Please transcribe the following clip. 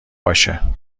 باشه